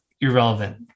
irrelevant